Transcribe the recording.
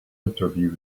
interviews